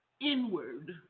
inward